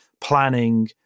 planning